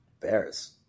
Bears